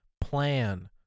plan